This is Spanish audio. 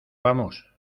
vamos